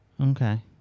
Okay